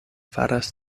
faras